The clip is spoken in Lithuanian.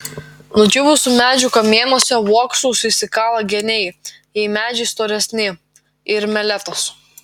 nudžiūvusių medžių kamienuose uoksus išsikala geniai jei medžiai storesni ir meletos